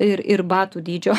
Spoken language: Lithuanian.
ir ir batų dydžio